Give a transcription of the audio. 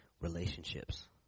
relationships